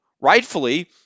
rightfully